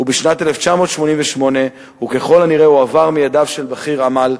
ובשנת 1988 הוא הועבר ככל הנראה מידיו של בכיר "אמל",